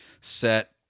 set